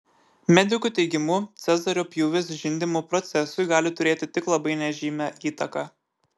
medikų teigimu cezario pjūvis žindymo procesui gali turėti tik labai nežymią įtaką